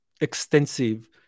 extensive